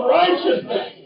righteousness